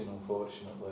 unfortunately